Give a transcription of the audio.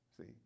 See